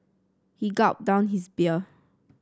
he gulped down his beer